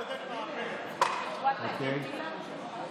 אוקיי.